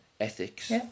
ethics